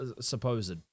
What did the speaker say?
supposed